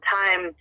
time